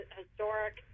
historic